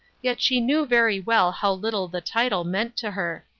yet she knew very well how little the title meant to her.